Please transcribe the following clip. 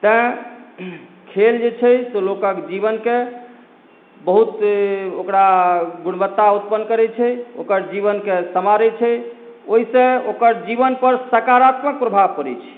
तैँ खेल जे छै से लोकक जीवनके बहुत ओकरा गुणवत्ता उत्पन्न करैत छै ओकर जीवनकेँ सँवारैत छै ओहिसँ ओकर जीवनपर सकारात्मक प्रभाव पड़ैत छै